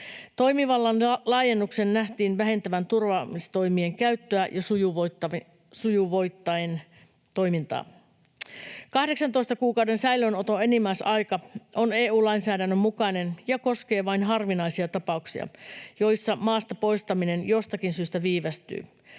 Toimivallan laajennuksen nähtiin vähentävän turvaamistoimien käyttöä ja sujuvoittavan toimintaa. 18 kuukauden säilöönoton enimmäisaika on EU-lainsäädännön mukainen ja koskee vain harvinaisia tapauksia, joissa maasta poistaminen jostakin syystä viivästyy.